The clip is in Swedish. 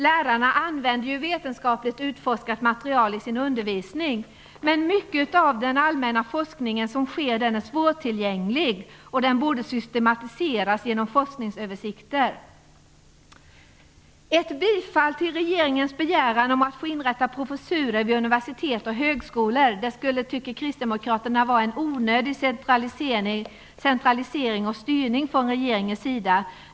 Lärarna använder ju vetenskapligt utforskat material i sin undervisning. Men mycket av den allmänna forskning som sker är svårtillgänglig. Den borde systematiseras genom forskningsöversikter. Ett bifall till regeringens begäran om att få inrätta professurer vid universitet och högskolor tycker vi kristdemokrater skulle vara en onödig centralisering och styrning från regeringens sida.